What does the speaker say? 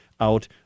out